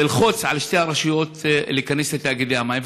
ללחוץ על שתי הרשויות להיכנס לתאגידי המים,